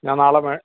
ഞാൻ നാളെ മേ